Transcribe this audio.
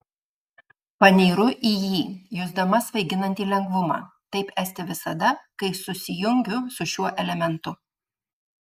panyru į jį jusdama svaiginantį lengvumą taip esti visada kai susijungiu su šiuo elementu